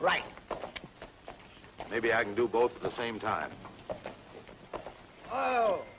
right maybe i can do both at the same time oh